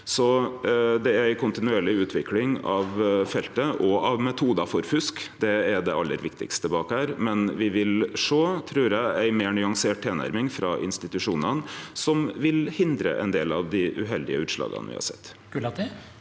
Det er ei kontinuerleg utvikling av feltet og av metodar for fusk, det er det aller viktigaste bak dette, men eg trur me vil sjå ei meir nyansert tilnærming frå institusjonane, som vil hindre ein del av dei uheldige utslaga me har sett.